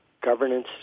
governance